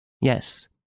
Yes